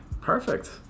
Perfect